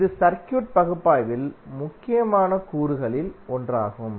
இது சர்க்யூட் பகுப்பாய்வில் முக்கியமான கூறுகளில் ஒன்றாகும்